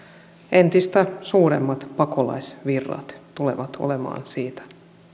entistä suuremmat pakolaisvirrat tulevat olemaan siitä